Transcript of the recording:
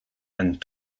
and